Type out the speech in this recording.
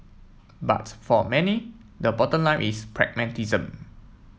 but for many the bottom line is pragmatism